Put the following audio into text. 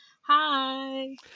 Hi